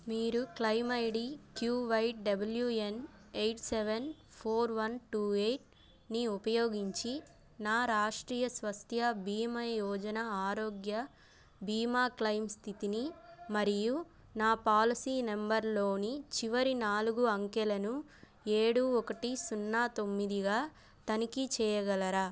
మీరు claim ID QYWN eight seven four one two ఎయిట్ని ఉపయోగించి నా రాష్ట్రీయ శ్వాస భీమా యోజన ఆరోగ్య భీమా క్లెయిమ్ స్థితిని మరియు నా పాలసీ నెంబర్లోని చివరి నాలుగు అంకెలను ఏడు ఒకటి సున్నా తొమ్మిదిగా తనిఖీ చేయగలరా